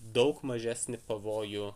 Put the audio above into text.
daug mažesnį pavojų